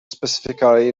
specifically